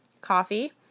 coffee